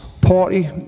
party